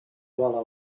while